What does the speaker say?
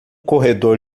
corredor